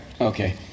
okay